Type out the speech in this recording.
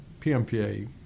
PMPA